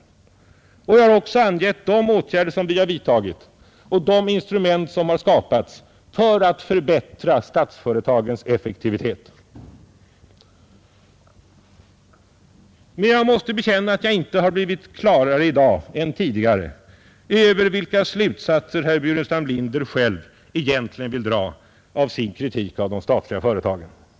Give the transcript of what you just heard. Jag har 30 mars 1971 också angett de åtgärder som vi har vidtagit och de instrument somhar ——— skapats för att förbättra statsföretagens effektivitet. Men jag måste Ang. erfarenheterna bekänna att jag inte har blivit klarare i dag än tidigare över vilka slutsatser — av försöken att vidga herr Burenstam Linder själv egentligen vill dra av sin kritik av de statliga = den statliga företagföretagen.